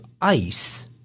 Ice